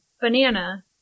banana